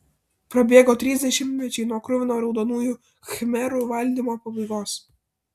prabėgo trys dešimtmečiai nuo kruvino raudonųjų khmerų valdymo pabaigos